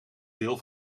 deel